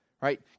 right